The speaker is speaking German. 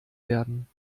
werden